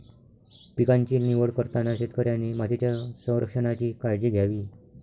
पिकांची निवड करताना शेतकऱ्याने मातीच्या संरक्षणाची काळजी घ्यावी